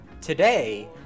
Today